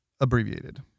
abbreviated